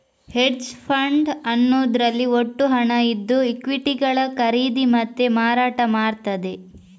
hedge fund ಅನ್ನುದ್ರಲ್ಲಿ ಒಟ್ಟು ಹಣ ಇದ್ದು ಈಕ್ವಿಟಿಗಳ ಖರೀದಿ ಮತ್ತೆ ಮಾರಾಟ ಮಾಡ್ತದೆ